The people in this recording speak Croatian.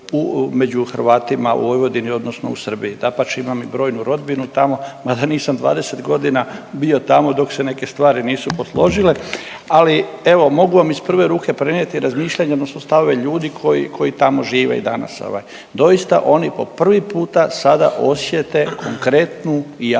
među Hrvatima u Vojvodini, odnosno u Srbiji. Dapače, imam i brojnu rodbinu tamo, mada nisam 20 godina bio tamo dok se neke stvari nisu posložile, ali evo, mogu vam iz prve ruke prenijeti razmišljanja, odnosno stavove ljudi koji tamo žive i danas, ovaj. Doista oni po prvi puta sada osjete konkretnu i